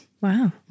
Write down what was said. wow